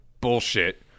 bullshit